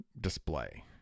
display